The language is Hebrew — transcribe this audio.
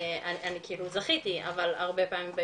אני כאילו זכיתי אבל ההרבה פעמים אם